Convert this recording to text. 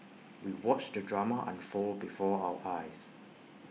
we watched the drama unfold before our eyes